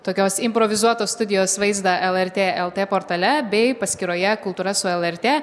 tokios improvizuotos studijos vaizdą lrt lt portale bei paskyroje kultūra su lrt